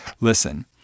listen